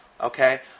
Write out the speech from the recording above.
okay